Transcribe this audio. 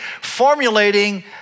formulating